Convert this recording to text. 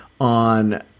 on